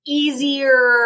easier